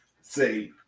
say